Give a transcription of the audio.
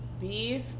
beef